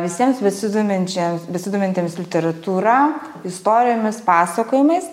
visiems besidominčiem besidomintiems literatūra istorijomis pasakojimais